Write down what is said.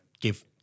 give